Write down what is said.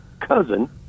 cousin